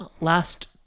last